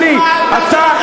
ואתה יודע